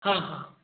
हां हां